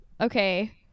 okay